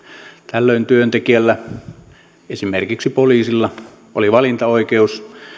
tällöin työntekijällä esimerkiksi poliisilla oli valintaoikeus